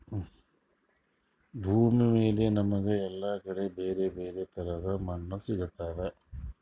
ಭೂಮಿಮ್ಯಾಲ್ ನಮ್ಗ್ ಎಲ್ಲಾ ಕಡಿ ಬ್ಯಾರೆ ಬ್ಯಾರೆ ತರದ್ ಮಣ್ಣ್ ಸಿಗ್ತದ್